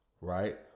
right